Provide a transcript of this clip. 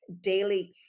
Daily